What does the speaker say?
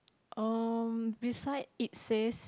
um beside it says